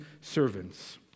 servants